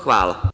Hvala.